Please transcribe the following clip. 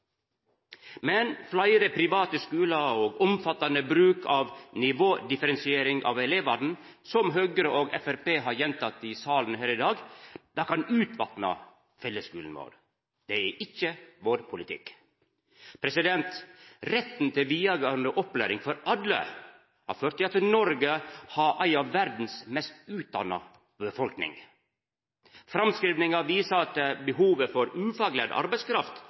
Men fleire private skular og omfattande bruk av nivådifferensiering av elevane, som Høgre og Framstegspartiet har gjentatt i salen her i dag, kan utvatna fellesskulen vår. Det er ikkje vår politikk. Retten til vidaregåande opplæring for alle har ført til at Noreg har ei av verdas best utdanna befolkning. Framskrivingar viser at behovet for ufaglært arbeidskraft